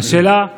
אני